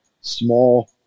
small